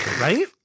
Right